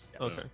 Okay